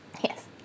Yes